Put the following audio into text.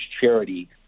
charity